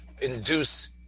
induce